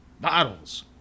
Bottles